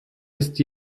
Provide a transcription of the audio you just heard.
ist